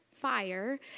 fire